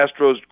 Astros